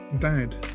dad